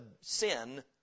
sin